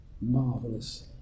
marvelous